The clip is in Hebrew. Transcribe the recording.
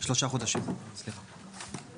שלושה חודשים, סליחה.